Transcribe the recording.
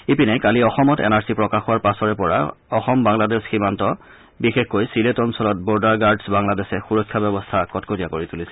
ইপিনে কালি অসমত এন আৰ চি প্ৰকাশ হোৱাৰ পিছৰে পৰা অসম বাংলাদেশ সীমান্ত বিশেষকৈ চিলেট অঞ্চলত বৰ্ডাৰ গাৰ্ডছ বাংলাদেশে সুৰক্ষা ব্যৱস্থা কটকটীয়া কৰি তুলিছে